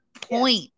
point